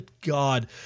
God